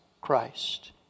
Christ